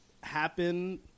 Happen